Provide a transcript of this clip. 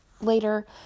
later